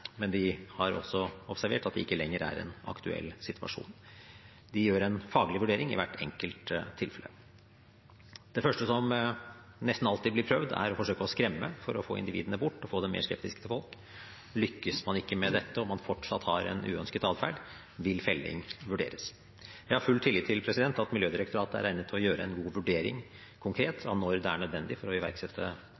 men de har observert at det ikke lenger er en aktuell situasjon. De gjør en faglig vurdering i hvert enkelt tilfelle. Det første som nesten alltid blir prøvd, er å forsøke å skremme for å få individene bort og gjøre dem mer skeptiske til folk. Lykkes man ikke med dette og man fortsatt har en uønsket atferd, vil felling vurderes. Jeg har full tillit til at Miljødirektoratet er egnet til å gjøre en god vurdering konkret